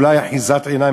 אולי אחיזת עיניים,